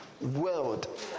world